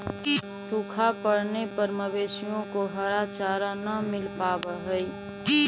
सूखा पड़ने पर मवेशियों को हरा चारा न मिल पावा हई